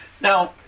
now